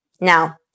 Now